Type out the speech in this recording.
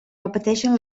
repeteixen